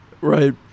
right